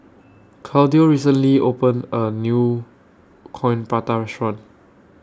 Claudio recently opened A New Coin Prata Restaurant